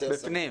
עליהן,